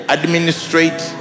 administrate